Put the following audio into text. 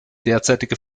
derzeitige